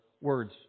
words